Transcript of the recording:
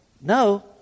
no